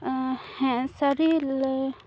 ᱦᱮᱸ ᱥᱟᱹᱨᱤᱞᱮ